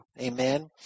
Amen